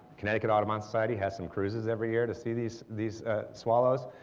connecticut audubon society has some cruises every year to see these these swallows.